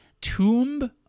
Tomb